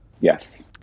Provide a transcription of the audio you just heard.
Yes